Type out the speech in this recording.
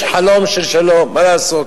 יש חלום של שלום, מה לעשות.